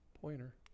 pointer